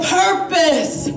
purpose